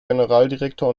generaldirektor